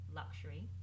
luxury